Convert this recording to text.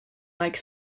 like